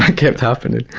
kept happening.